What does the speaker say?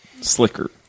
slicker